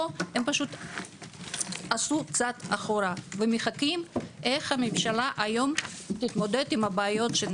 ועשו צעד אחורה ומחכים איך הממשלה תתמודד עם הבעיות.